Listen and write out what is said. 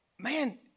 Man